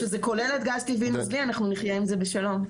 --- שזה כולל גז טבעי נוזלי אנחנו נחיה עם זה בשלום.